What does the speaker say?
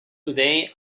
today